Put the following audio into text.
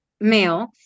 male